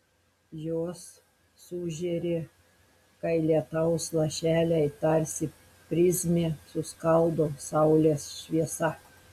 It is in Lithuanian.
jos sužėri kai lietaus lašeliai tarsi prizmė suskaldo saulės šviesą